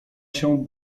się